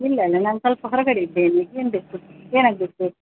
ಇಲ್ಲ ನಾನು ಸ್ವಲ್ಪ ಹೊರಗಡೆ ಇದ್ದೇನೆ ಏನು ಬೇಕು ಏನಾಗಬೇಕು